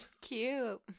Cute